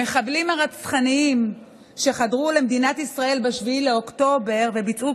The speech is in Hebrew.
המחבלים הרצחניים שחדרו למדינת ישראל ב-7 באוקטובר וביצעו